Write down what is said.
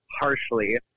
harshly